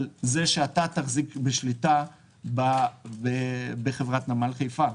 על כך שאתה תחזיק בשליטה בחברת נמל חיפה.